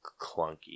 clunky